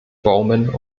bowman